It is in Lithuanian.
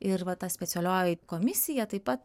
ir va ta specialioji komisija taip pat